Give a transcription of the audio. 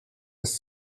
ist